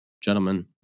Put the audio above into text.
Gentlemen